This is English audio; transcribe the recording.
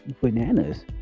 bananas